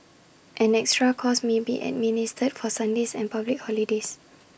an extra cost may be administered for Sundays and public holidays